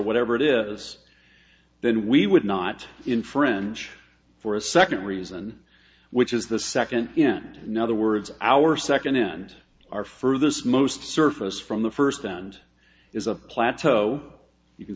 whatever it is then we would not infringe for a second reason which is the second in another words our second hand are furthest most surface from the first and is a plateau you can